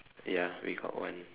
ya we got one